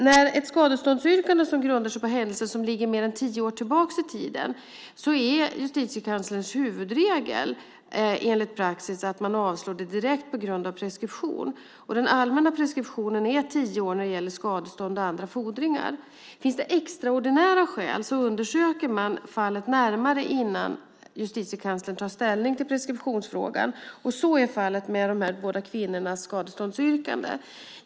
När ett skadeståndsyrkande grundar sig på händelser som ligger mer än tio år tillbaka i tiden är Justitiekanslerns huvudregel enligt praxis att man avslår det direkt på grund av preskription. Den allmänna preskriptionen är tio år när det gäller skadestånd och andra fordringar. Finns det extraordinära skäl undersöker man fallet närmare innan Justitiekanslern tar ställning till preskriptionsfrågan. Så är fallet med dessa både kvinnors skadeståndsyrkande.